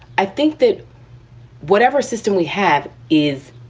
i think that whatever system we have is,